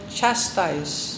chastise